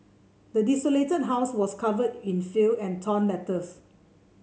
the desolated house was covered in filth and torn letters